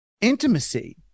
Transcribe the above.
intimacy